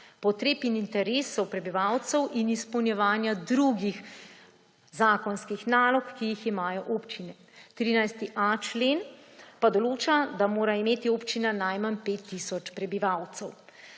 potreb in interesov prebivalcev in izpolnjevanja drugih zakonskih nalog, ki jih imajo občine. 13.a člen pa določa, da mora imeti občina najmanj 5 tisoč prebivalcev.